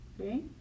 okay